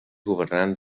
governant